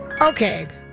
Okay